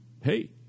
hey